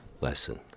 lesson